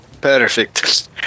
Perfect